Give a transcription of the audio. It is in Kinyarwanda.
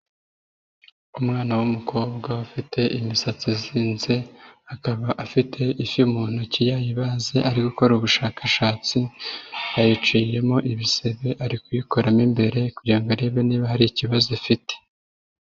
Umwana w'umukobwa ufite imisatsi izinze akaba afite ifi mu ntoki yayibaze ari gukora ubushakashatsi, yayiciyemo ibisebe ari kuyikora mo imbere kugira ngo arebe niba hari ikibazo ifite.